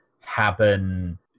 happen